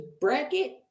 bracket